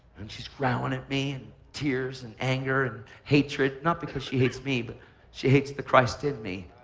and she's growling at me, and tears, and anger and hatred. not because she hates me, but she hates the christ in me.